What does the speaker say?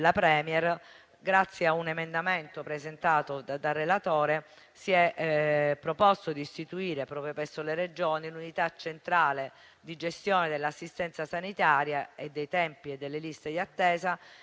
*Premier*, con un emendamento presentato dal relatore si è proposto di istituire, proprio presso le Regioni, l'unità centrale di gestione dell'assistenza sanitaria e dei tempi delle liste di attesa,